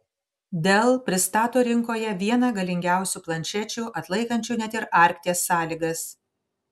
dell pristato rinkoje vieną galingiausių planšečių atlaikančių net ir arkties sąlygas